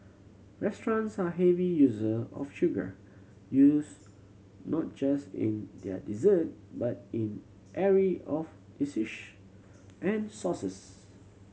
restaurants are heavy user of sugar used not just in their dessert but in array of and sauces